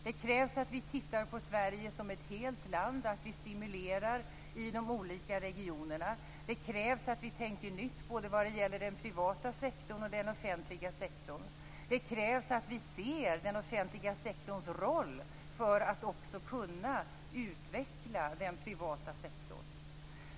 Det krävs att vi tittar på Sverige som ett helt land och att vi stimulerar i de olika regionerna. Det krävs att vi tänker nytt både vad det gäller den privata sektorn och den offentliga sektorn. Det krävs att vi ser den offentliga sektorns roll för att också kunna utveckla den privata sektorn.